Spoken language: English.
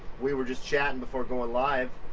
we were just chatting before going live,